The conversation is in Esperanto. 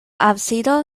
absido